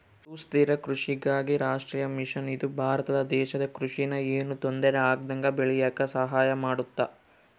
ಸುಸ್ಥಿರ ಕೃಷಿಗಾಗಿ ರಾಷ್ಟ್ರೀಯ ಮಿಷನ್ ಇದು ಭಾರತ ದೇಶದ ಕೃಷಿ ನ ಯೆನು ತೊಂದರೆ ಆಗ್ದಂಗ ಬೇಳಿಯಾಕ ಸಹಾಯ ಮಾಡುತ್ತ